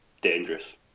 dangerous